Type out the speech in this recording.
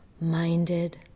minded